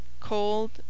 cold